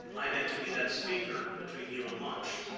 i get to be that speaker between you and lunch.